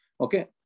Okay